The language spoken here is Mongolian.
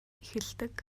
эхэлдэг